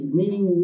meaning